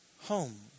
home